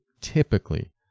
typically